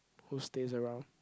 who stays around